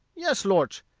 yes, lort,